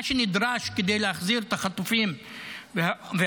מה שנדרש כדי להחזיר את החטופים והחטופות